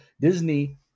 Disney